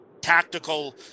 tactical